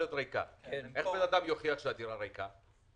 איך אדם יוכיח שהדירה ריקה?